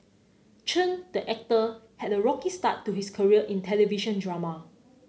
Chen the actor had a rocky start to his career in television drama